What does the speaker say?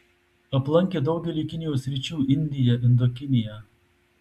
aplankė daugelį kinijos sričių indiją indokiniją